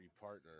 partner